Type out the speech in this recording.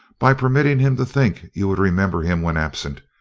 by permitting him to think you would remember him when absent,